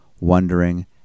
wondering